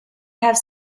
have